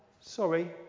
Sorry